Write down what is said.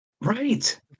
right